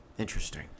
interesting